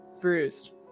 bruised